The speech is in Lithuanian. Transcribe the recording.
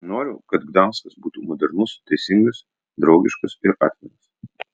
noriu kad gdanskas būtų modernus teisingas draugiškas ir atviras